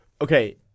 Okay